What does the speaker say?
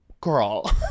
girl